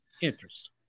interest